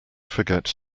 forget